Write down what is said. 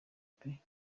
pee